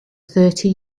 thirty